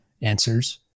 answers